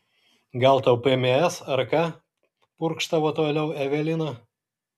gal tau pms ar ką purkštavo toliau evelina